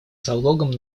залогом